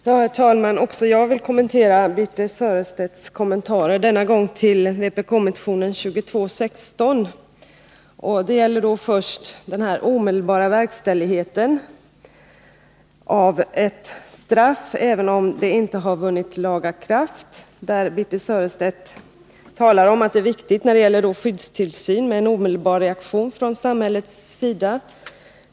Herr talman! Också jag vill kommentera Birthe Sörestedts kommentarer, denna gång till vpk-motionen 2216. Det gäller då först den omedelbara verkställigheten av ett straff, även om det inte har vunnit laga kraft. Birthe Sörestedt talar om att det när det gäller skyddstillsyn är viktigt med en omedelbar reaktion från samhällets sida.